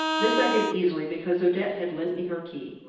this i did easily because odette had lent me her key.